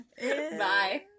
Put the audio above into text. Bye